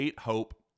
Hope